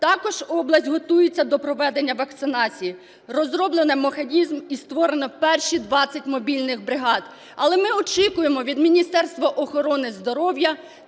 Також область готується до проведення вакцинації. Розроблено механізм і створено перші 20 мобільних бригад, але ми очікуємо від Міністерства охорони здоров'я